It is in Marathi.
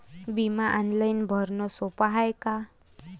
बिमा ऑनलाईन भरनं सोप हाय का?